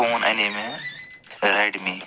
phone اَنے مےٚ Redmi